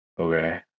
Okay